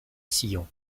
sillon